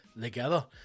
together